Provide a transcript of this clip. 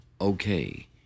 Okay